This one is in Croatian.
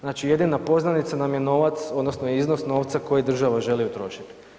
Znači jedina poznanica nam je novac odnosno iznos novca koji država želi utrošiti.